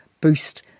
boost